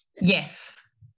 yes